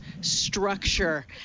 structure